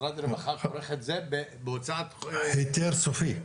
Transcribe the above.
משרד הרווחה תומך את זה בהוצאת --- היתר סופי.